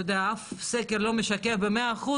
אף סקר לא משקף ב-100%,